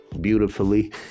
beautifully